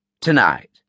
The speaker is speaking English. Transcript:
Tonight